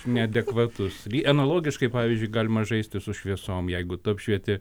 neadekvatus analogiškai pavyzdžiui galima žaisti su šviesom jeigu tu apšvieti